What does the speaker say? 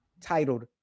titled